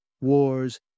wars